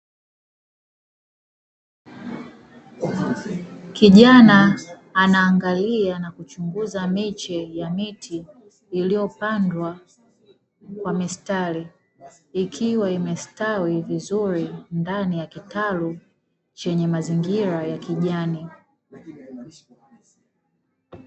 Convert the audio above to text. Kijana anaangalia na kuchunguza miche ya miti iliyopandwa kwa mistari, ikiwa imestawi vizuri ndani ya kitalu chenye mazingira ya kijani.